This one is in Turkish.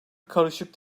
karışık